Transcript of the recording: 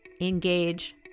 engage